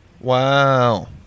Wow